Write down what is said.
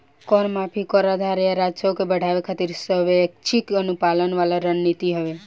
कर माफी, कर आधार आ राजस्व के बढ़ावे खातिर स्वैक्षिक अनुपालन वाला रणनीति हवे